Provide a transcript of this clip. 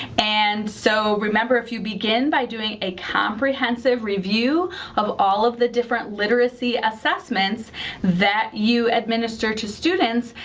and so remember, if you begin by doing a comprehensive review of all of the different literacy assessments that you administer to students,